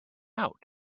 out